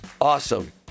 Awesome